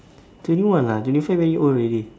twenty one lah twenty five very old already